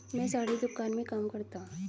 मैं साड़ी की दुकान में काम करता हूं